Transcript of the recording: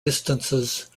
distances